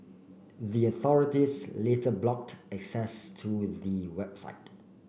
the authorities later blocked access to the website